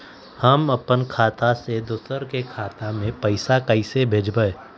हम अपने खाता से दोसर के खाता में पैसा कइसे भेजबै?